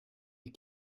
you